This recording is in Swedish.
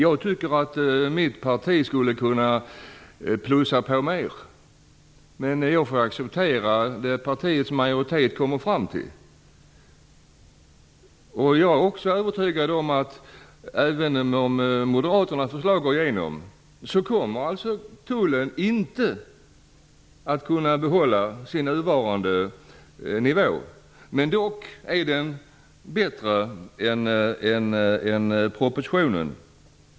Jag tycker att mitt parti skulle kunna plussa på mer. Men jag får acceptera det partiets majoritet kommer fram till. Jag är också övertygad om att även om Moderaternas förslag går igenom kommer tullen inte att kunna behålla sin nuvarande nivå. Men förslaget är dock än bättre är propositionen.